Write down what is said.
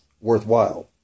worthwhile